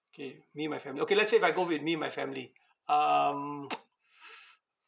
K me and my family okay let's say if I go with me and my family um